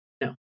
no